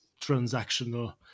transactional